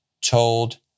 told